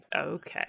Okay